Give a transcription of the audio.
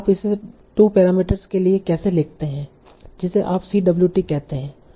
आप इसे 2 पैरामीटर्स के लिए कैसे लिखते हैं जिसे आप Cwt कहते हैं